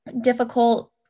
difficult